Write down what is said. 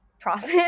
profit